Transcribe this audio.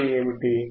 అంటే ఏమిటి